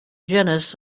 genus